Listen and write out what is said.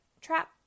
trap